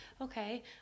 okay